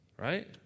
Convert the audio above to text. Right